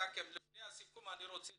נסכם לפני הסיכום אני רוצה